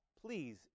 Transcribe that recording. please